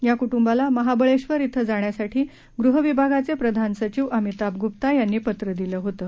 या कुटुंबाला महाबळक्कर यध्यज्ञाण्यासाठी गृह विभागाचक्रियान सचिव अमिताभ गूपा यांनी पत्र दिलं होतं